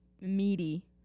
meaty